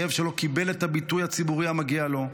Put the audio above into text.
כאב שלא קיבל את הביטוי הציבורי המגיע לו,